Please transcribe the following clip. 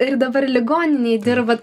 ir dabar ligoninėj dirbat